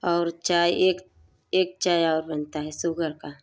और चाय एक एक चाय और बनता है सुगर का